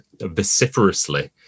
vociferously